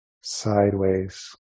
sideways